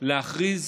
להכריז